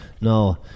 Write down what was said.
no